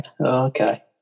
Okay